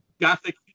gothic